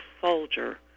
soldier